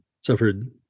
suffered